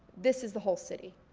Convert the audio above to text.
this is the whole city.